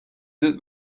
that